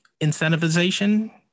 incentivization